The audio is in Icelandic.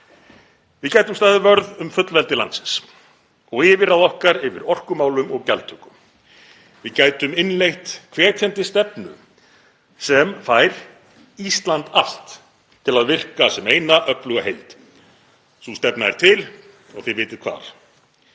Við gætum staðið vörð um fullveldi landsins og yfirráð okkar yfir orkumálum og gjaldtöku. Við gætum innleitt hvetjandi stefnu sem fær Ísland allt til að virka sem eina öfluga heild. Sú stefna er til og þið vitið hvar.